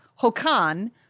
Hokan